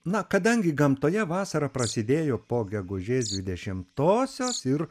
na kadangi gamtoje vasara prasidėjo po gegužės dvidešimtosios ir